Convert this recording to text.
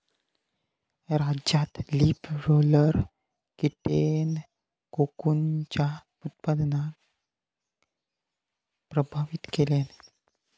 राज्यात leaf roller कीटेन कोकूनच्या उत्पादनाक प्रभावित केल्यान